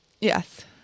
Yes